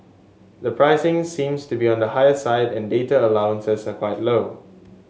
the pricing seems to be on the higher side and data allowances are quite low